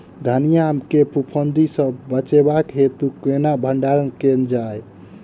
धनिया केँ फफूंदी सऽ बचेबाक हेतु केना भण्डारण कैल जाए?